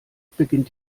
beginnt